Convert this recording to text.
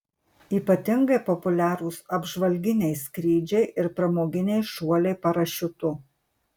ypatingai populiarūs apžvalginiai skrydžiai ir pramoginiai šuoliai parašiutu